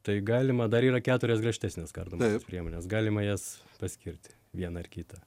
tai galima dar yra keturios griežtesnės kardomosios priemonės galima jas paskirti vieną ar kitą